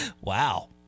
Wow